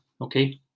Okay